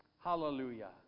Hallelujah